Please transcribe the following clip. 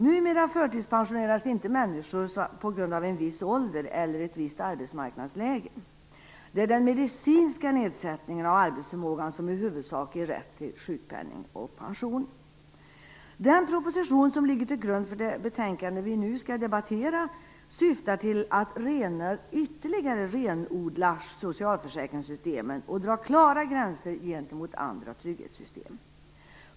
Numera förtidspensioneras inte människor på grund av en viss ålder eller ett visst arbetsmarknadsläge. Det är den medicinska nedsättningen av arbetsförmågan som i huvudsak ger rätt till sjukpenning och pension. Den proposition som ligger till grund för det betänkande vi nu skall debattera syftar till att ytterligare renodla socialförsäkringssystemen och dra klara gränser gentemot andra trygghetssystem.